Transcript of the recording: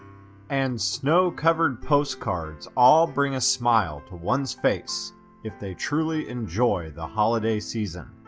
and snow-covered postcards all bring a smile to one's face if they truly enjoy the holiday season.